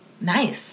Nice